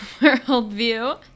worldview